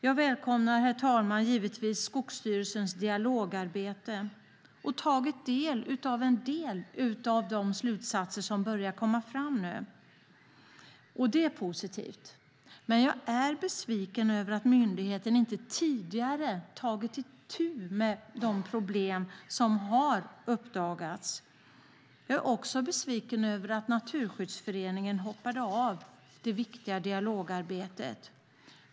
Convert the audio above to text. Jag välkomnar givetvis Skogsstyrelsens dialogarbete och har tagit del av de slutsatser som nu börjar komma fram. Det är positivt, men jag är besviken över att myndigheten inte tidigare tagit itu med de problem som har uppdagats. Jag är också besviken över att Naturskyddsföreningen hoppade av det viktiga dialogarbetet.